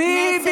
נערת החניונים.